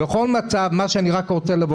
אני רוצה לומר,